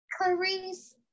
Clarice